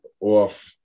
off